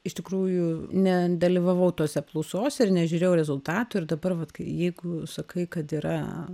iš tikrųjų nedalyvavau tose apklausose ir nežiūrėjau rezultatų ir dabar vat kai jeigu sakai kad yra